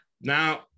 Now